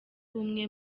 bumwe